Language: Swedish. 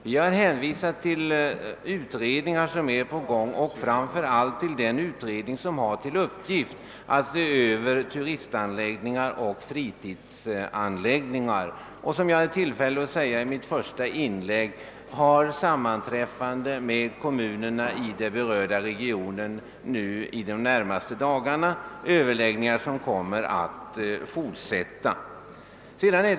Vi har hänvisat till utredningar som är på gång, framför allt till den utredning som har till uppgift att se över turistoch = fritidsanläggningar. Som jag hade tillfälle att nämna i mitt första inlägg sammanträffar denna utredning med kommunerna i den berörda regionen nu i de närmaste dagarna, och överläggningarna kommer att fortsätta med länsstyrelserna.